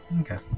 Okay